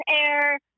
air